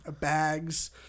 bags